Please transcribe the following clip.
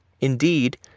Indeed